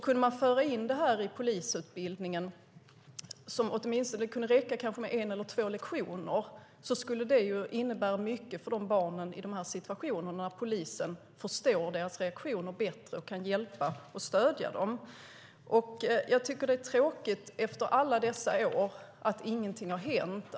Kunde man föra in det här i polisutbildningen - det kanske kunde räcka med en eller två lektioner - skulle det innebära mycket för barnen i de här situationerna att polisen förstår deras reaktioner bättre och kan hjälpa och stödja dem. Jag tycker att det är tråkigt efter alla dessa år att ingenting har hänt.